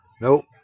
Nope